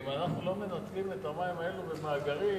אם אנחנו לא מנצלים את המים האלה במאגרים,